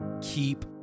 keep